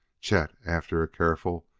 chet, after a careful,